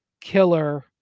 killer